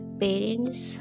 parents